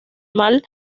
mal